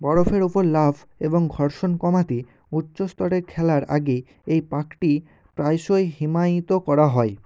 বরফের ওপর লাফ এবং ঘর্ষণ কমাতে উচ্চ স্তরে খেলার আগে এই পার্কটি প্রায়শই হিমায়িত করা হয়